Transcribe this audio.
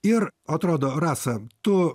ir atrodo rasa tu